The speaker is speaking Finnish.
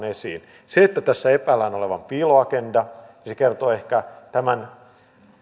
esiin se että tässä epäillään olevan piiloagenda kertoo ehkä tämän